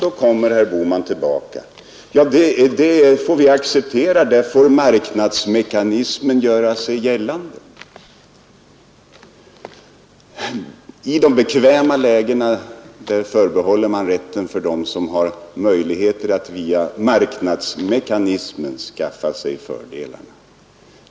Då kommer herr Bohman tillbaka och säger: Det får vi acceptera. Där får ”marknadsmekanismen” göra sig gällande. I de bekväma lägena förbehåller man rätten för dem som har möjligheter att via ”marknadsmekanismen” skaffa sig fördelar.